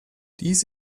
dies